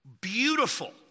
beautiful